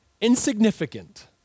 insignificant